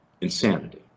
Insanity